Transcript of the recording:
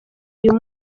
uyu